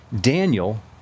Daniel